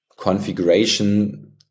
configuration